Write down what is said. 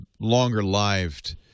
longer-lived